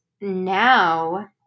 now